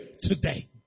today